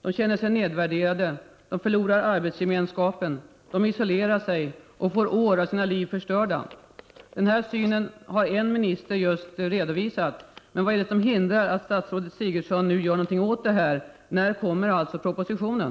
De känner sig nedvärderade och förlorar arbetsgemenskapen. De isolerar sig och får många år av sin liv förstörda. Den här synen på frågan har en minister alldeles nyligen redovisat. Men vad är det som hindrar att statsrådet Sigurdsen gör någonting åt detta? När kommer propositionen?